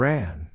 Ran